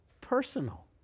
personal